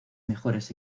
mejores